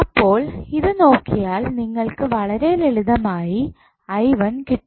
അപ്പോൾ ഇത് നോക്കിയാൽ നിങ്ങൾക്ക് വളരെ ലളിതമായി കിട്ടും